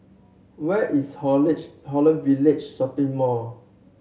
where is Holland Village Shopping Mall